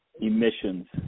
emissions